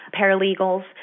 paralegals